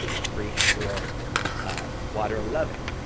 greek for water-loving.